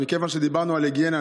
מכיוון שדיברנו על היגיינה,